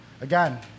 again